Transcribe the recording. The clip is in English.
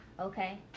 okay